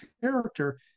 character